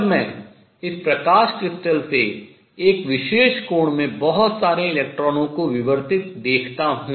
जब मैं इस प्रकाश क्रिस्टल से एक विशेष कोण में बहुत सारे इलेक्ट्रॉनों को विवर्तित देखता हूँ